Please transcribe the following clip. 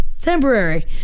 Temporary